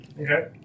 Okay